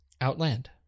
Outland